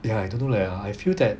ya I don't know leh I feel that